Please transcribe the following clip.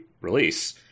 release